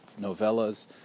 novellas